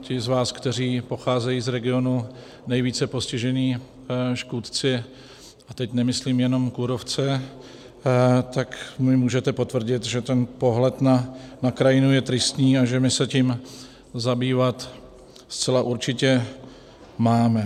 Ti z vás, kteří pocházejí z regionů nejvíce postižených škůdci, a teď nemyslím jenom kůrovce, mi můžete potvrdit, že ten pohled na krajinu je tristní a že my se tím zabývat zcela určitě máme.